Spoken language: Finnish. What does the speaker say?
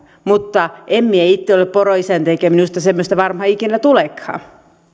mutta en minä itse ole poroisäntä eikä minusta semmoista varmaan ikinä tulekaan